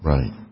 Right